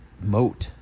moat